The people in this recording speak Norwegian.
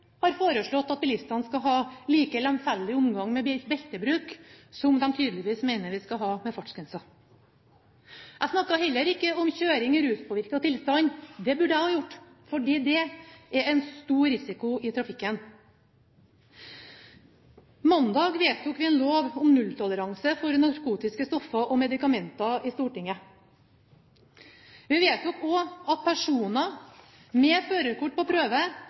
har foreslått at bilistene skal ha like lemfeldig omgang med beltebruk som de tydeligvis mener vi skal ha med fartsgrensene. Jeg snakket heller ikke om kjøring i ruspåvirket tilstand. Det burde jeg ha gjort, for det er en stor risiko i trafikken. Mandag vedtok Stortinget en lov om nulltoleranse for narkotiske stoffer og medikamenter. Vi vedtok også at personer med førerkort på prøve